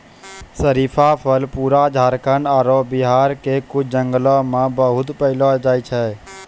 शरीफा फल पूरा झारखंड आरो बिहार के कुछ जंगल मॅ बहुत पैलो जाय छै